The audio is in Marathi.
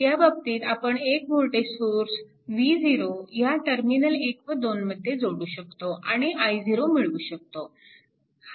ह्या बाबतीत आपण एक वोल्टेज सोर्स V0 ह्या टर्मिनल 1 व 2 मध्ये जोडू शकतो आणि i0 मिळवू शकतो